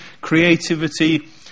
creativity